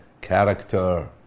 character